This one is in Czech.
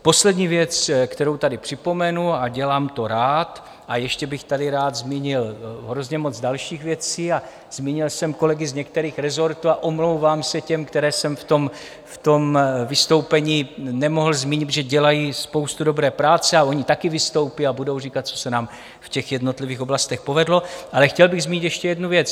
Poslední věc, kterou tady připomenu, a dělám to rád, a ještě bych tady rád zmínil hrozně moc dalších věcí a zmínil jsem kolegy z některých rezortů a omlouvám se těm, které jsem v tom vystoupení nemohl zmínit, protože dělají spoustu dobré práce, a oni taky vystoupí a budou říkat, co se nám v těch jednotlivých oblastech povedlo ale chtěl bych zmínit ještě jednu věc.